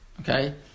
Okay